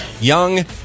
young